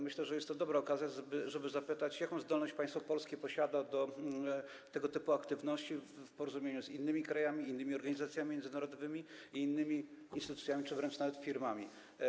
Myślę, że jest to dobra okazja, żeby zapytać, jaką państwo polskie posiada zdolność do tego typu aktywności w porozumieniu z innymi krajami, innymi organizacjami międzynarodowymi i innymi instytucjami czy wręcz nawet firmami.